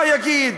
מה יגיד?